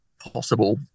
Possible